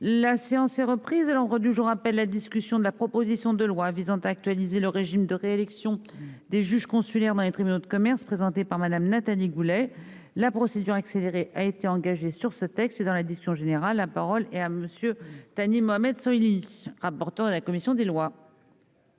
La séance est reprise à l'ordre du jour appelle la discussion de la proposition de loi visant à actualiser le régime de réélection des juges consulaires dans les tribunaux de commerce, présenté par Madame Nathalie Goulet la procédure accélérée a été engagée sur ce texte dans l'addition générale, la parole est à monsieur Thani Mohamed Soihili, rapporteur de la commission des lois.